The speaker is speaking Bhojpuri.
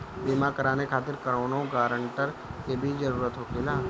बीमा कराने खातिर कौनो ग्रानटर के भी जरूरत होखे ला?